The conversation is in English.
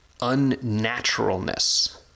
unnaturalness